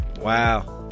wow